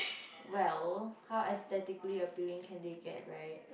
well how aesthetically appealing can they get right